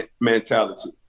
mentality